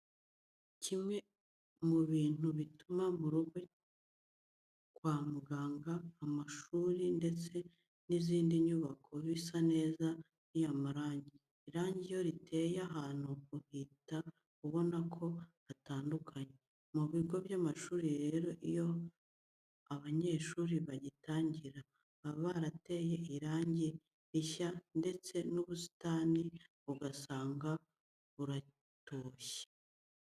Kimwe mu bintu bituma mu rugo, kwa muganga, amashuri ndetse n'izindi nyubako bisa neza ni amarange. Irange iyo riteye ahantu uhita ubona ko hatandukanye. Mu bigo by'amashuri rero iyo abanyeshuri bagitangira, baba barateye irangi rishyashya ndetse n'ubusitani ugasanga buracyatoshye.